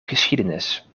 geschiedenis